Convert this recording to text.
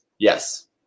Yes